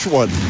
one